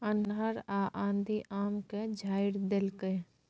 अन्हर आ आंधी आम के झाईर देलकैय?